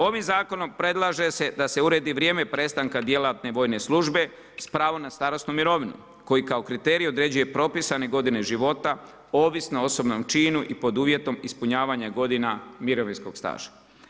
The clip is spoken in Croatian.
Ovim zakonom predlaže se da se uredi vrijeme prestanka djelatne vojne službe s pravom na starosnu mirovinu koji kao kriterij određuje propisane godine života, ovisno o osobnom činu i pod uvjetom ispunjavanja godina mirovinskog staža.